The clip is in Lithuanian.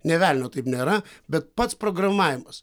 nė velnio taip nėra bet pats programavimas